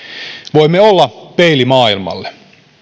voimme olla peili maailmalle